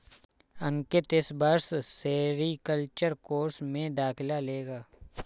अंकित इस वर्ष sericulture course में दाखिला लेगा